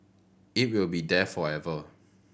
it will be there forever